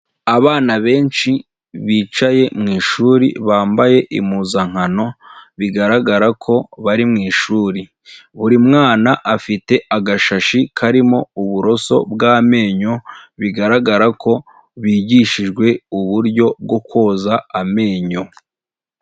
Abana benshi bicaye mu ishuri bambaye impuzankano bigaragara ko bari mu ishuri, buri mwana afite agashashi karimo uburoso bw'amenyo, bigaragara ko bigishijwe uburyo bwo koza amenyo.